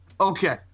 Okay